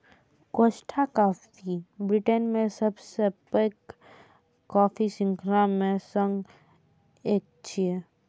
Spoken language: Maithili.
कोस्टा कॉफी ब्रिटेन के सबसं पैघ कॉफी शृंखला मे सं एक छियै